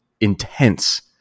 intense